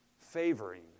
favoring